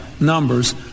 numbers